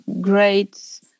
great